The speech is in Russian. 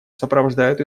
сопровождают